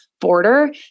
border